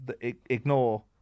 ignore